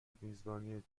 میزبانی